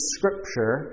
Scripture